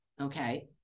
okay